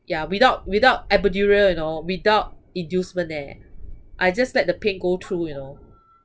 yeah without without epidural you know without inducement eh I just let the pain go through you know